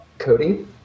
Cody